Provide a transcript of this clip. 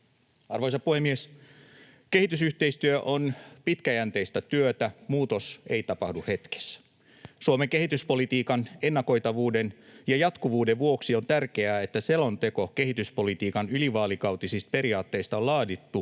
Arvoisa puhemies! Kehitysyhteistyö on pitkäjänteistä työtä, muutos ei tapahdu hetkessä. Suomen kehityspolitiikan ennakoitavuuden ja jatkuvuuden vuoksi on tärkeää, että selonteko kehityspolitiikan ylivaalikautisista periaatteista on laadittu